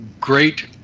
great